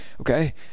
okay